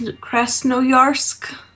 Krasnoyarsk